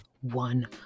one